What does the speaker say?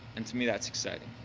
and to me that's exciting.